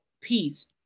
Peace